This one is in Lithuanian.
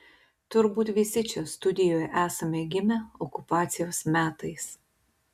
turbūt visi čia studijoje esame gimę okupacijos metais